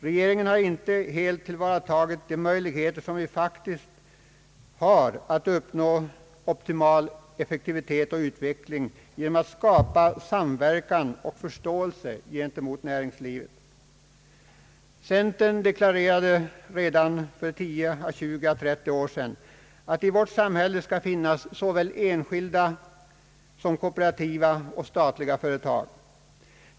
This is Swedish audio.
Regeringen har inte helt tillvaratagit de möjligheter som vi faktiskt har att uppnå optimal effektivitet och utveckling genom att skapa samverkan och förståelse gentemot näringslivet. Centern deklarerade redan på 1930— 1940-talen att det i vårt samhälle skall finnas såväl enskilda som kooperativa och statliga företag.